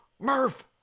Murph